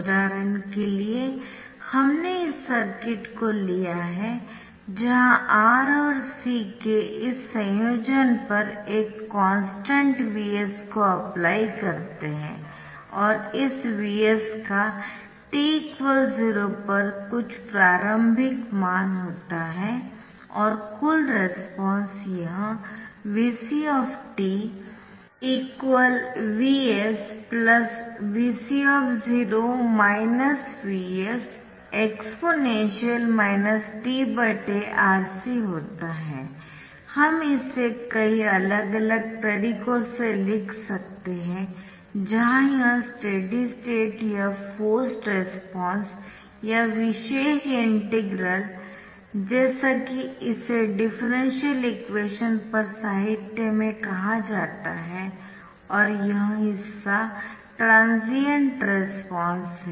उदाहरण के लिए हमने इस सर्किट को लिया है जहां R और C के इस संयोजन पर एक कॉन्स्टन्ट Vs को अप्लाई करते है और इस Vc का t 0 पर कुछ प्रारंभिक मान होता है और कुल रेस्पॉन्स यह Vc Vs Vc Vs exp tRC होता है हम इसे कई अलग अलग तरीकों से लिख सकते है जहां यह स्टेडी स्टेट या फोर्स्ड रेस्पॉन्स या विशेष इंटीग्रल जैसा कि इसे डिफरेंशियल इक्वेशन पर साहित्य में कहा जाता है और यह हिस्सा ट्रांसिएंट रेस्पॉन्स है